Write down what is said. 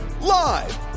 Live